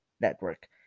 Network